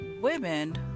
women